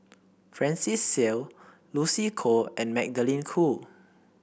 Francis Seow Lucy Koh and Magdalene Khoo